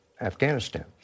Afghanistan